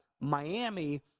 Miami